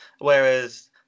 whereas